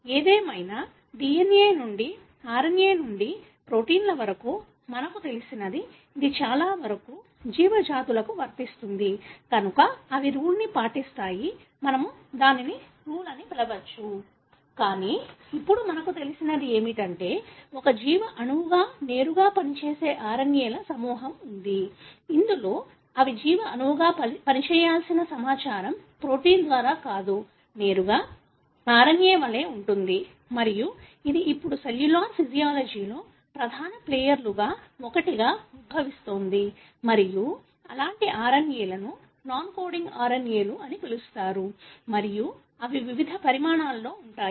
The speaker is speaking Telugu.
ఏదేమైనా DNA నుండి RNA నుండి ప్రోటీన్ల వరకు మనకు తెలిసినది ఇది చాలా వరకు జీవజాతులకు వర్తిస్తుంది కనుక అవి రూల్ ను పాటిస్తాయి మనము దానిని రూల్ అని పిలవవచ్చు కానీ ఇప్పుడు మనకు తెలిసినది ఏమిటంటే ఒక జీవ అణువుగా నేరుగా పనిచేసే RNA ల సమూహం ఉంది ఇందులో అవి జీవ అణువుగా పనిచేయాల్సిన సమాచారం ప్రోటీన్ ద్వారా కాదు నేరుగా RNA వలె ఉంటుంది మరియు ఇది ఇప్పుడు సెల్యులార్ ఫిజియాలజీలో ప్రధాన ప్లేయర్లలో ఒకటిగా ఉద్భవిస్తోంది మరియు అలాంటి RNA లను నాన్ కోడింగ్ RNA లు అని పిలుస్తారు మరియు అవి వివిధ పరిమాణాలలో ఉంటాయి